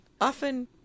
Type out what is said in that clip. often